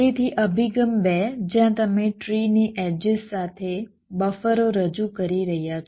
તેથી અભિગમ 2 જ્યાં તમે ટ્રીની એડ્જીસ સાથે બફરો રજૂ કરી રહ્યા છો